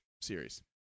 series